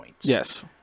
Yes